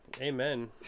Amen